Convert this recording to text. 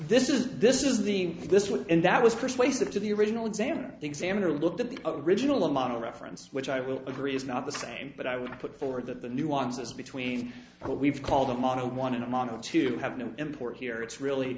this is this is the this one and that was persuasive to the original examiner examiner looked at the original model reference which i will agree is not the same but i would put forward that the nuances between what we've called them on a one in a model to have no import here it's really